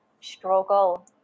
struggle